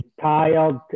tired